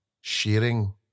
sharing